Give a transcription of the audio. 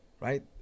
right